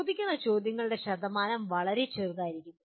ചോദിക്കുന്ന ചോദ്യങ്ങളുടെ ശതമാനം വളരെ ചെറുതായിരിക്കും